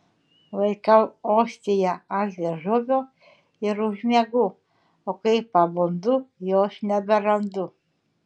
laikau ostiją ant liežuvio ir užmiegu o kai pabundu jos neberandu